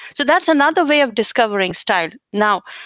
so that's another way of discovering style. now,